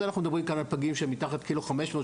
אנחנו מדברים כאן על פגים מתחת ל-1.5 ק"ג